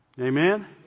Amen